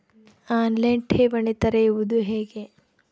On line ಠೇವಣಿ ತೆರೆಯುವುದು ಹೇಗೆ?